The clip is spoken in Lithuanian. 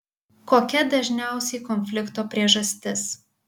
kokia dažniausiai konflikto priežastis